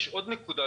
יש עוד נקודה,